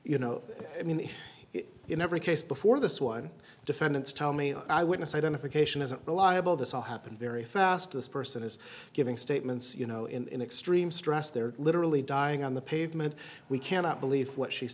you know i mean in every case before this one defendants tell me i witness identification isn't reliable this all happened very fast this person is giving statements you know in extreme stress they're literally dying on the pavement we cannot believe what she's